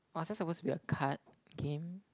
was that supposed to be a card game